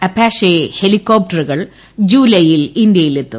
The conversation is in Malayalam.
അപാഷെ ഹെലിക്കോപ്റ്ററുകൾ ജൂലൈയിൽ ഇന്ത്യയിലെത്തും